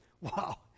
Wow